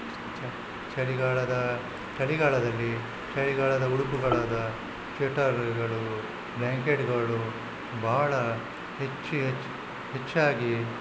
ಚ ಚಳಿಗಾಲದ ಚಳಿಗಾಲದಲ್ಲಿ ಚಳಿಗಾಲದ ಉಡುಪುಗಳಾದ ಸ್ವೆಟರ್ಗಳು ಬ್ಲಾಂಕೆಟ್ಗಳು ಬಹಳ ಹೆಚ್ಚು ಹೆಚ್ಚಾಗಿ